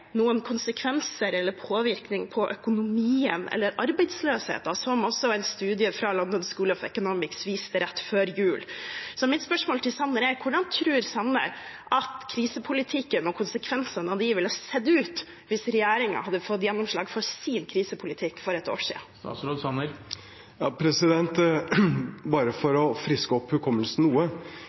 noen konsekvenser eller påvirkning på økonomien eller arbeidsløsheten, som også en studie fra London School of Economics viste rett før jul. Mitt spørsmål til Sanner er: Hvordan tror Sanner at krisepakkene og konsekvensene av dem ville sett ut hvis regjeringen hadde fått gjennomslag for sin krisepolitikk for et år siden? Bare for å friske opp hukommelsen noe: